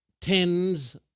tens